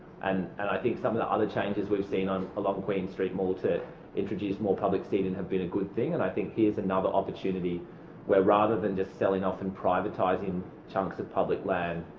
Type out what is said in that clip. and and i think some of the other changes we've seen along queen street mall to introduce more public seating have been a good thing and i think here's another opportunity where rather than just selling off and privatising chunks of public land,